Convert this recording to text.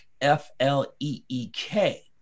F-L-E-E-K